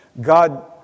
god